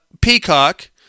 Peacock